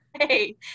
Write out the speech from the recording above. Hey